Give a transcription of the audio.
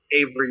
Avery